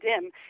dim